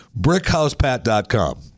BrickHousePat.com